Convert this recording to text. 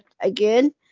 again